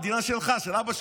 המדינה שלך, של אבא שלך.